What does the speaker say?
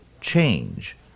change